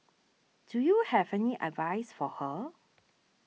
do you have any advice for her